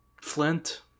Flint